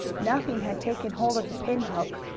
nothing had taken hold of the pin-hook.